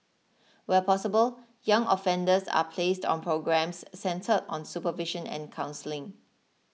where possible young offenders are placed on programmes centred on supervision and counselling